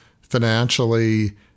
financially